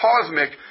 cosmic